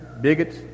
bigots